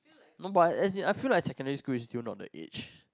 no but as in I feel like secondary school is still not the age